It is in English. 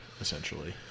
essentially